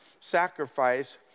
sacrifice